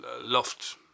loft